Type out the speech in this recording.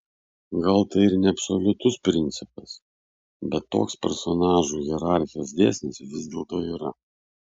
gal tai ir neabsoliutus principas bet toks personažų hierarchijos dėsnis vis dėlto yra